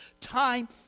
time